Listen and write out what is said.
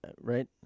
right